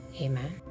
Amen